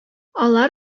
алар